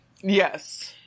Yes